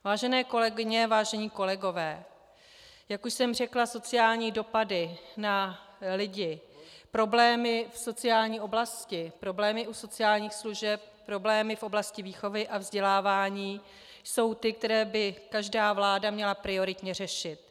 Vážené kolegyně, vážení kolegové, jak už jsem řekla, sociální dopady na lidi, problémy v sociální oblasti, problémy u sociálních služeb, problémy v oblasti výchovy a vzdělávání jsou ty, které by každá vláda měla prioritně řešit.